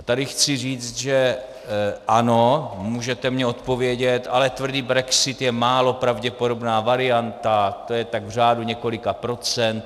A tady chci říct, že ano, můžete mi odpovědět, ale tvrdý brexit je málo pravděpodobná varianta, to je tak v řádu několika procent.